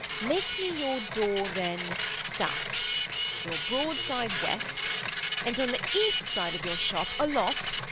make me your door, then, south your broad side, west and on the east side of your shop, aloft,